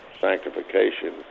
sanctification